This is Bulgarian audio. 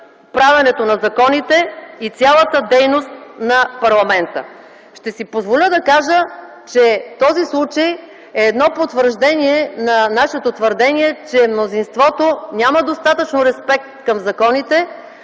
правеното на законите и цялата дейност на парламента. Ще си позволя да кажа, че този случай е потвърждение на нашето твърдение, че мнозинството няма достатъчно респект към законите,